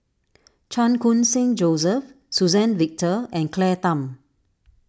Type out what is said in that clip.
Chan Khun Sing Joseph Suzann Victor and Claire Tham